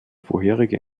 vorherige